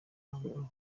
ariko